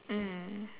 mm